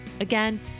Again